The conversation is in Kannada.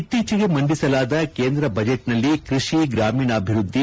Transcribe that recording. ಇತ್ತೀಚೆಗೆ ಮಂಡಿಸಲಾದ ಕೇಂದ್ರ ಬಜೆಟ್ನಲ್ಲಿ ಕೃಷಿ ಗ್ರಾಮೀಣಾಭಿವೃದ್ಧಿ